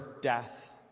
death